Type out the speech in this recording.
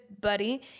buddy